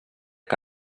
que